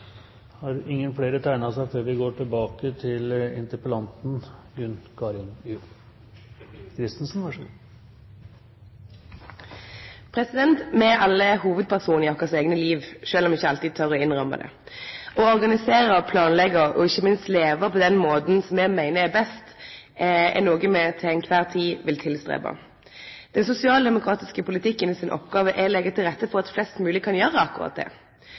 alle hovudperson i våre eigne liv, sjølv om me ikkje alltid tør å innrømme det. Å organisere, planleggje og ikkje minst leve på den måten me sjølve meiner er best, er noko me til kvar tid vil prøve å få til. Den sosialdemokratiske politikkens oppgåve er å leggje til rette for at flest mogleg kan gjere akkurat